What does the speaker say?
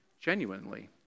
genuinely